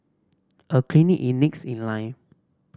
a clinic in needs in line